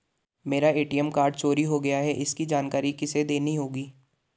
मेरा ATM card चोरी हो गया है इसकी जानकारी किसे देनी होगी?